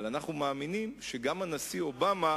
אבל אנחנו מאמינים שגם הנשיא אובמה